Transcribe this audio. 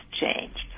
changed